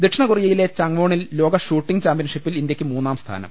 ദക്ഷിണകൊറിയയിലെ ചാങ്വോണിൽ ലോക ഷൂട്ടിങ് ചാമ്പ്യൻഷിപ്പിൽ ഇന്ത്യയ്ക്ക് മൂന്നാം സ്ഥാനം